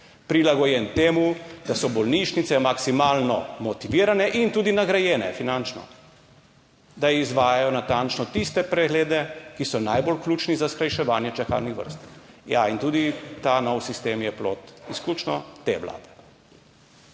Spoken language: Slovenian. prilagojen temu, da so bolnišnice maksimalno motivirane in tudi nagrajene finančno. Da izvajajo natančno tiste preglede, ki so najbolj ključni za skrajševanje čakalnih vrst. Ja, in tudi ta nov sistem je plod izključno te Vlade.